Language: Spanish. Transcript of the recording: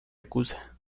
acusa